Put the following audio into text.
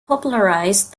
popularized